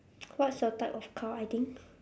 what's your type of car I think